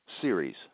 series